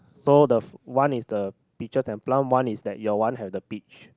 so the one is the picture then plum one is that your one have the peach